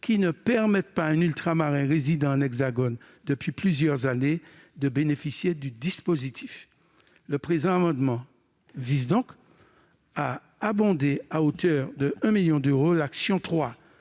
qui ne permettent pas à un Ultramarin résidant dans l'Hexagone depuis plusieurs années de bénéficier du dispositif. Le présent amendement tend donc à abonder à hauteur de 1 million d'euros l'action n°